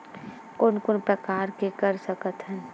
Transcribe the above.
कोन कोन प्रकार के कर सकथ हन?